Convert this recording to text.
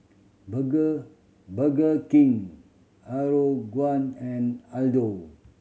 Burger Burger King Aeroguard and Aldo